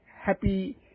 happy